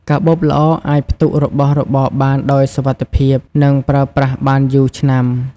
កាបូបល្អអាចផ្ទុករបស់របរបានដោយសុវត្ថិភាព និងប្រើប្រាស់បានយូរឆ្នាំ។